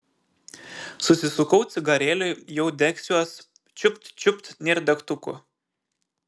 susisukau cigarėlį jau degsiuos čiupt čiupt nėr degtukų